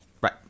Right